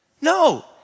No